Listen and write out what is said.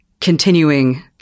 continuing